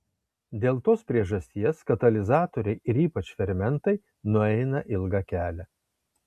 dėl tos priežasties katalizatoriai ir ypač fermentai nueina ilgą kelią